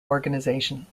organization